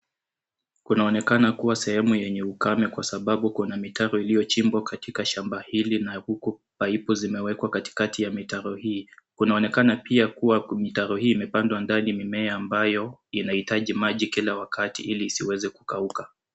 Kunaonekana kuwa sehemu yenye ukame kwa sababu kuna mitaro iliyochimbwa katika shamba hili na huku paipu zimewekwa katikati ya mitaro hii. Kunaonekana pia kuwa mitaro hii imepandwa ndani mimea ambayo inahitaji maji kila wakati ili isiweze kukauka.